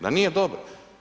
Da nije dobro.